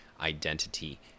identity